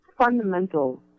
Fundamental